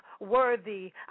worthy